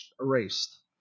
erased